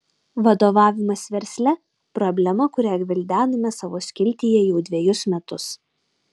vadovavimas versle problema kurią gvildename savo skiltyje jau dvejus metus